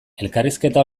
elkarrizketa